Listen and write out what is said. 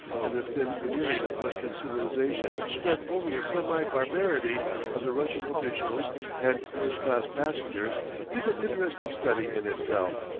and the thin veneering of western civilization spread over the semi-barbarity of the russian officials and first-class passengers is an interesting study in itself.